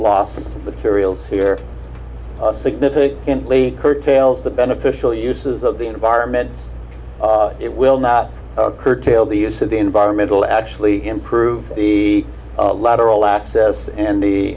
of material here significantly curtails the beneficial uses of the environment it will not curtail the use of the environmental actually improve the lateral access and the